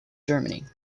germany